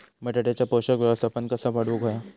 बटाट्याचा पोषक व्यवस्थापन कसा वाढवुक होया?